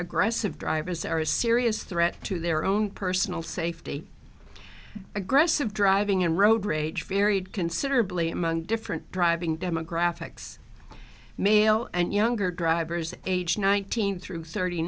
aggressive drivers are a serious threat to their own personal safety aggressive driving and road rage varied considerably among different driving demographics male and younger drivers age nineteen through thirty